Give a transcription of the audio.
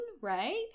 right